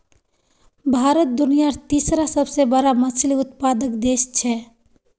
भारत दुनियार तीसरा सबसे बड़ा मछली उत्पादक देश छे